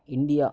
India